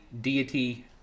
deity